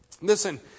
Listen